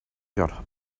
got